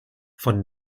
von